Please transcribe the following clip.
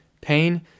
Pain